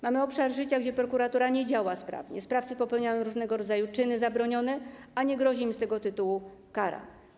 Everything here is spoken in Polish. Mamy obszar życia, w którym prokuratura nie działa sprawnie, sprawcy popełniają różnego rodzaju czyny zabronione, a nie grozi im z tego tytułu kara.